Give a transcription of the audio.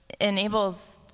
enables